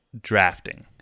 Drafting